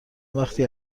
وقتی